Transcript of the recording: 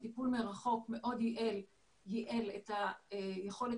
הטיפול מרחוק מאוד ייעל את היכולת